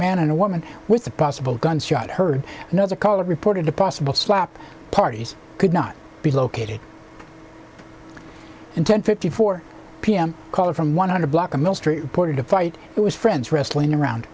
man and a woman with a possible gunshot heard another caller reported a possible slap parties could not be located in ten fifty four p m caller from one hundred block of mill street reported a fight it was friends wrestling around